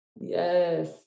Yes